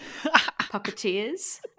puppeteers